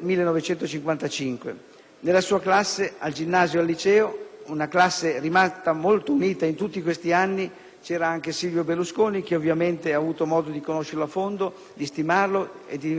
1955. Nella sua classe, al ginnasio e al liceo, una classe rimasta molta unita in tutti questi anni, c'era anche Silvio Berlusconi che ovviamente ha avuto modo di conoscerlo a fondo, di stimarlo e di divenirne amico.